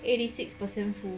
eighty six percent full